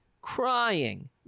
crying